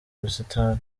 busitani